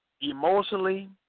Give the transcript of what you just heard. emotionally